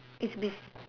it's with